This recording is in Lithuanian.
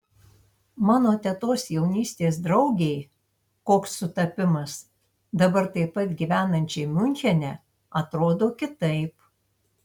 mano tetos jaunystės draugei koks sutapimas dabar taip pat gyvenančiai miunchene atrodo kitaip